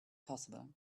possible